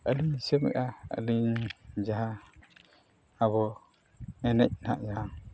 ᱟᱹᱞᱤᱧ ᱦᱤᱥᱟᱹᱵᱮᱜᱼᱟ ᱟᱹᱞᱤᱧ ᱡᱟᱦᱟᱸ ᱟᱵᱚ ᱮᱱᱮᱡ ᱦᱟᱸᱜ ᱡᱟᱦᱟᱸ